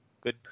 Good